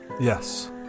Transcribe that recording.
Yes